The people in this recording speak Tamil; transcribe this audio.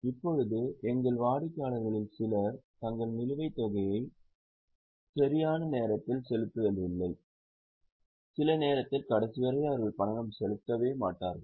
இப்போது எங்கள் வாடிக்கையாளர்களில் சிலர் தங்கள் நிலுவைத் தொகையை சரியான நேரத்தில் செலுத்தவில்லை சிலநேரத்தில் கடைசிவரை அவர்கள் பணம் செலுத்தவே மாட்டார்கள்